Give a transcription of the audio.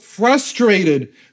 frustrated